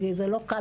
כי זה לא קל,